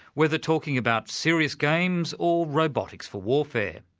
whether talking about serious games or robotics for warfare.